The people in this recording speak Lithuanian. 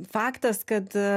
faktas kad